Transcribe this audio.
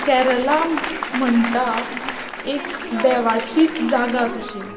कॅरला म्हणटा एक देवाचीच जागा कशी